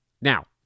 Now